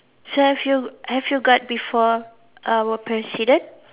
so have you have you guard before our president